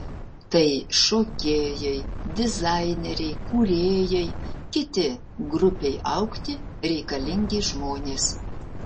tai šokėjai dizaineriai kūrėjai kiti grupei augti reikalingi žmonės